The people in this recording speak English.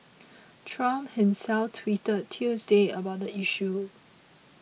Trump himself tweeted Tuesday about the issue